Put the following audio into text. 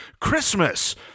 Christmas